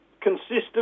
consistent